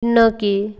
பின்னோக்கி